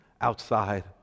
outside